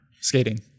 skating